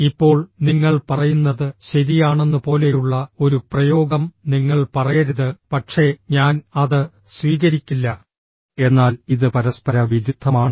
ഇപ്പോൾ നിങ്ങൾ പറയുന്നത് ശരിയാണെന്ന് പോലെയുള്ള ഒരു പ്രയോഗം നിങ്ങൾ പറയരുത് പക്ഷേ ഞാൻ അത് സ്വീകരിക്കില്ല എന്നാൽ ഇത് പരസ്പര വിരുദ്ധമാണ്